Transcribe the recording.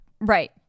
right